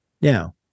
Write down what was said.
Now